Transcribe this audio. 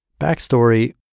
Backstory